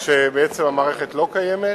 כשהמערכת לא קיימת,